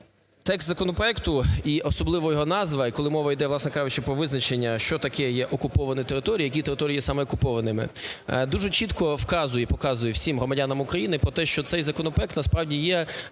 Текст законопроекту і особливо його назва, і коли мова йде, власне кажучи, про визначення, що таке є окуповані території, які території є саме окупованими, дуже чітко вказує і показує всім громадянам України про те, що цей законопроект, насправді, є